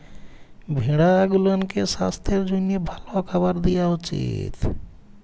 ভেড়া গুলাকে সাস্থের জ্যনহে ভাল খাবার দিঁয়া উচিত